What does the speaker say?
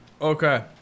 Okay